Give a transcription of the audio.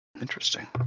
Interesting